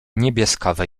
niebieskawe